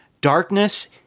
Darkness